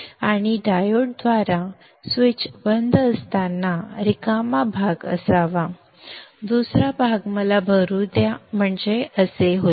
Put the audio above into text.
आणि डायोडद्वारे स्विच बंद असताना रिकामा भाग असावा दुसरा भाग मला भरू द्या म्हणजे असे होईल